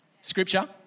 scripture